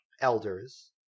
elders